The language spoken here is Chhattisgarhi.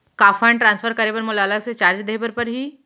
का फण्ड ट्रांसफर करे बर मोला अलग से चार्ज देहे बर परही?